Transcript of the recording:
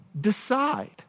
decide